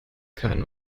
keinen